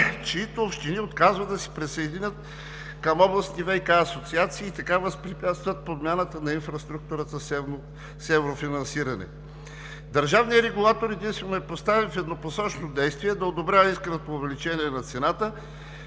чиито общини отказват да се присъединят към областните ВиК асоциации и така възпрепятстват промяната на инфраструктурата с еврофинансиране. Държавният регулатор единствено е поставен в еднопосочно действие – да одобрява исканото увеличение на цената,